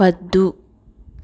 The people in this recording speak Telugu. వద్దు